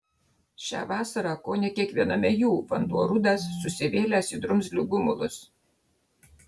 šią vasarą kone kiekviename jų vanduo rudas susivėlęs į drumzlių gumulus